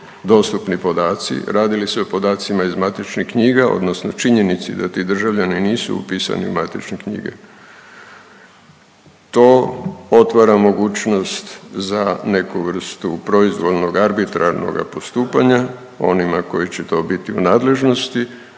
dostupni podaci. Radi li se o podacima iz matičnih knjiga odnosno činjenici da ti državljani nisu upisani u matične knjige? To otvara mogućnost za neku vrstu proizvoljnoga arbitrarnoga postupanja, onima koji će to biti u nadležnosti,